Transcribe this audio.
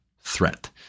threat